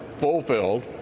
fulfilled